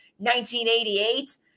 1988